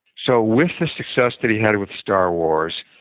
so with the success that he had with star wars,